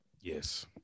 Yes